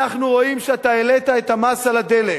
אנחנו רואים שאתה העלית את המס על הדלק.